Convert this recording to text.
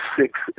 six